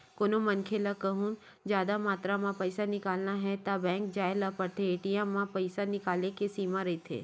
कोनो मनखे ल कहूँ जादा मातरा म पइसा निकालना हे त बेंक जाए ल परथे, ए.टी.एम म पइसा निकाले के सीमा रहिथे